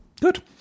Good